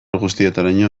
guztietaraino